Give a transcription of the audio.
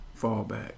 fallback